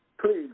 Please